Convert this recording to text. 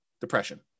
depression